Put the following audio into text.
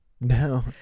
no